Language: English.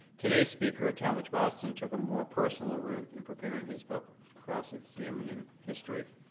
today speaker talmage boston took a more personal route and preparing his book cross-examining history